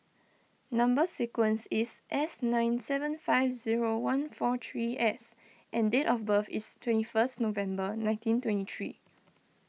Number Sequence is S nine seven five zero one four three S and date of birth is twenty first November nineteen twenty three